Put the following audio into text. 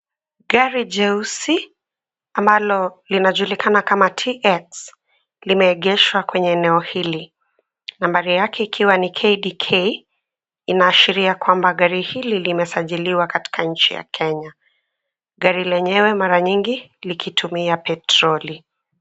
Gari jeusi ambalo linajulikana kama TX limeegeshwa kwenye eneo hili. Nambari yake ikiwa ni KDK, inaashiria kwamba gari hili limesajiliwa katika nchi ya Kenya. Gari lenyewe mara nyingi likitumia petroli.